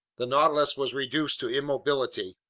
the nautilus was reduced to immobility.